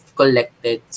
collected